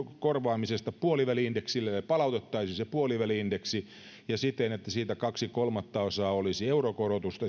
korvaamisesta puoliväli indeksillä eli palautettaisiin se puoliväli indeksi siten että siitä indeksikorotusvarasta kaksi kolmattaosaa olisi eurokorotusta